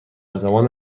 زمان